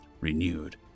renewed